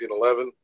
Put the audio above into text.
1911